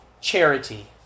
charity